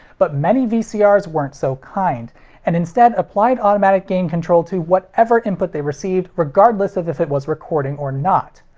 but many vcrs weren't so kind and instead applied automatic gain control to whatever input they received, regardless of if it was recording or not.